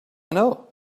know